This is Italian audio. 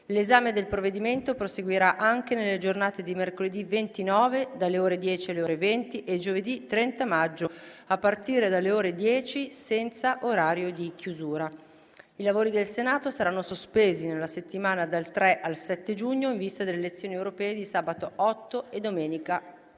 L'esame del provvedimento proseguirà anche nelle giornate di mercoledì 29, dalle ore 10 alle ore 20, e giovedì 30 maggio a partire dalle ore 10, senza orario di chiusura. I lavori del Senato saranno sospesi nella settimana dal 3 al 7 giugno in vista delle elezioni europee di sabato 8 e domenica